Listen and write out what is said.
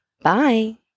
Bye